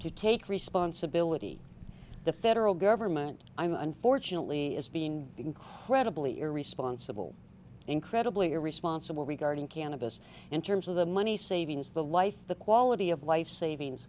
to take responsibility the federal government i'm unfortunately is being incredibly irresponsible incredibly irresponsible regarding cannabis in terms of the money savings the life the quality of life savings